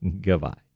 Goodbye